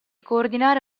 coordinare